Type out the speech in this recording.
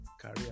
career